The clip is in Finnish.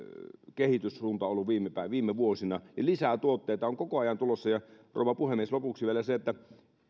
kehityssuunta ollut viime vuosina ja lisää tuotteita on koko ajan tulossa rouva puhemies lopuksi vielä se että